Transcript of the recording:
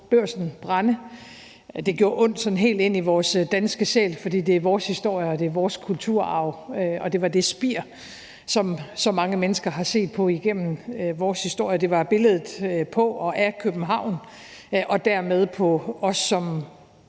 Børsen brænde. Det gjorde ondt sådan helt ind i vores danske sjæl, fordi det er vores historie og vores kulturarv, og det var det spir, som mange mennesker har set på igennem vores historie, og det var et billede på og af København og dermed af os som